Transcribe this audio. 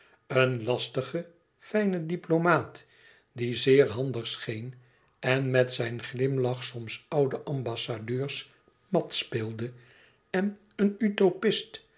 een lastige fijne diplomaat die zeer handig scheen en met zijn glimlach soms oude ambassadeurs mat speelde en een utopist